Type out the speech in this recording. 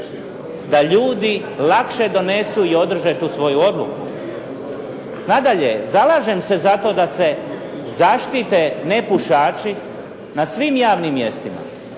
da ljudi lakše donesu i održe tu odluku. Nadalje, zalažem se zato da se zaštite nepušači na svim javnim mjestima